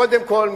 קודם כול,